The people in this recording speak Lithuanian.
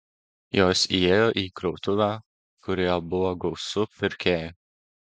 jos įėjo į krautuvę kurioje buvo gausu pirkėjų